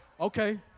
Okay